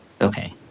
Okay